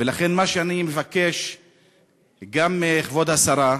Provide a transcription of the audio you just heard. ולכן, מה שאני מבקש גם מכבוד השרה,